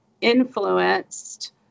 influenced